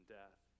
death